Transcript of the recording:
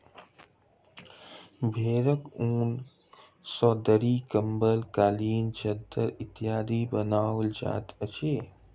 भेंड़क ऊन सॅ दरी, कम्बल, कालीन, चद्दैर इत्यादि बनाओल जाइत अछि